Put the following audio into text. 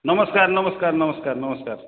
ନମସ୍କାର ନମସ୍କାର ନମସ୍କାର ନମସ୍କାର